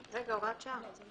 נגד,